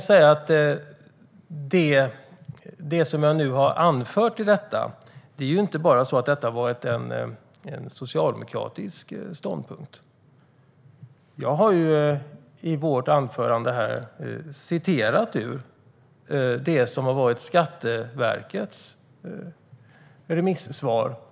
Men det som jag nu har anfört om detta är inte bara en socialdemokratisk ståndpunkt. Jag citerade i mitt anförande ur Skatteverkets remissvar.